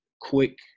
quick